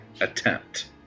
attempt